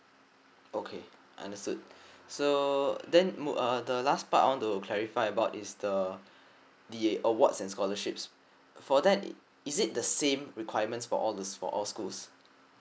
okay understood so then the last part I want to clarify about is the the awards and scholarships for that is it the same requirements for all the for all schools